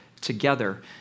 together